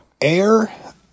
Air